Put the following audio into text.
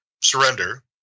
surrender